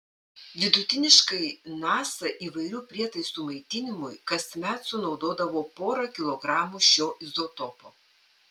vidutiniškai nasa įvairių prietaisų maitinimui kasmet sunaudodavo porą kilogramų šio izotopo